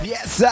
Yes